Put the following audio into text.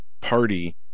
party